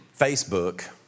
Facebook